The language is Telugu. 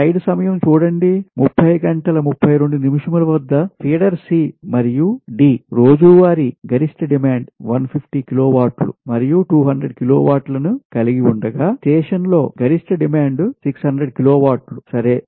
ఫీడర్ C మరియు D రోజువారీ గరిష్ట డిమాండ్ 150 కిలోవాట్లు మరియు 200 కిలోవాట్లని కలిగి ఉండగా స్టేషన్లో గరిష్ట డిమాండ్ 600 కిలోవాట్ల సరే